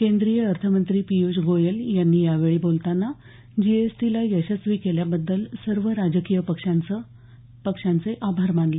केंद्रीय अर्थमंत्री पियूष गोयल यांनी यावेळी बोलताना जीएसटीला यशस्वी केल्याबद्दल सर्व राजकीय पक्षांचे आभार मानले